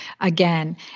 again